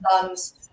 thumbs